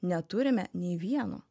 neturime nei vieno